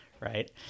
right